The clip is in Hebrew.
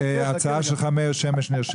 ההצעה שלך, מאיר שמש, נרשמה.